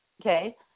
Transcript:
okay